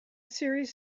series